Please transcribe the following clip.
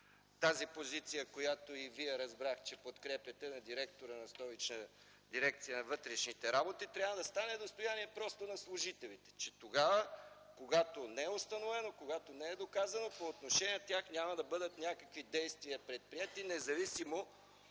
Тази позиция, която разбрах, че и Вие подкрепяте, на директора на Столична дирекция на вътрешните работи трябва да стане достояние просто на служителите. Тогава, когато не е установено, не е доказано, по отношение на тях, няма да бъдат предприети някакви действия независимо